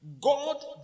God